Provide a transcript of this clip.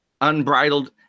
unbridled